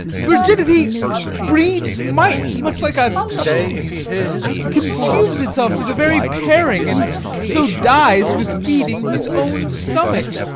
virginity breeds mites, much like a cheese consumes itself to the very paring, and so dies with feeding his own stomach.